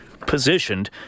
positioned